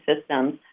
systems